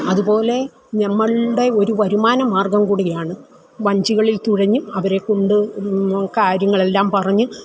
അതുപോലെ നമ്മളുടെ ഒരു വരുമാന മാർഗം കൂടിയാണ് വഞ്ചികളിൽ തുഴഞ്ഞ് അവരെ കൊണ്ട് കാര്യങ്ങളെല്ലാം പറഞ്ഞ്